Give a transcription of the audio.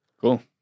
Cool